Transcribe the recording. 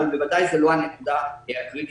אבל בוודאי זה לא הנקודה הקריטית,